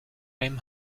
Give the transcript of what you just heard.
aim